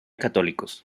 católicos